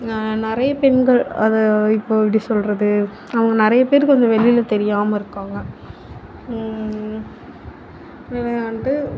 நிறைய பெண்கள் அது இப்போ எப்படி சொல்கிறது அவங்க நிறைய பேருக்கு வெளியில தெரியாம இருக்காங்க இதில் வந்துட்டு